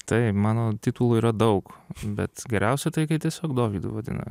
taip mano titulų yra daug bet geriausia tai kai tiesiog dovydu vadina